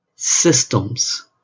Systems